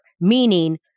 meaning